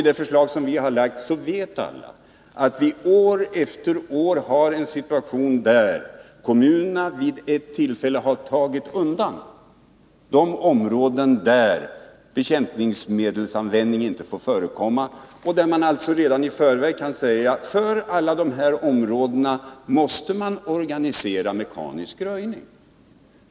I det förslag vi har lagt fram vet alla att kommunerna har tagit undan de områden där bekämpningsmedelsanvändning inte får förekomma, och där man alltså redan i förväg kan säga att man för alla dessa områden måste organisera mekanisk röjning.